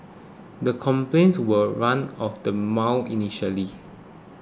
the complaints were run of the mall initially